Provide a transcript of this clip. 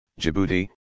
Djibouti